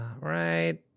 right